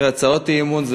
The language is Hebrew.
הצעות אי-אמון,